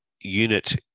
unit